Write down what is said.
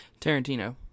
Tarantino